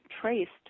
traced